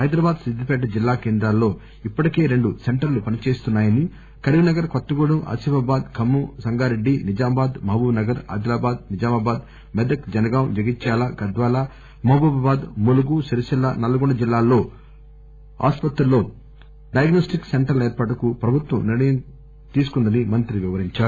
హైదరాబాద్ సిద్దిపేట జిల్లా కేంద్రాల్లో ఇప్పటికే రెండు సెంటర్లు పనిచేస్తున్నాయని కరీంనగర్ కొత్తగూడెం ఆసిఫాబాద్ ఖమ్మం సంగారెడ్డి నిజామాబాద్ మహబూబ్నగర్ ఆదిలాబాద్ నిజామాబాద్ మెదక్ జనగాం జగిత్యాల గద్వాల మహబూబాబాద్ ములు గు సిరిసిల్ల నల్లగొండ జిల్లా ఆసుపత్రుల్లో డయాగ్నోస్టిక్ సెంటర్ల ఏర్పాటుకు ప్రభుత్వం నిర్ణయించిందని మంత్రి వివరించారు